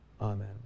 Amen